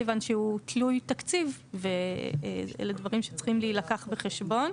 כיוון שהוא תלוי תקציב ואלה דברים שצריכים להילקח בחשבון.